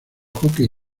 hockey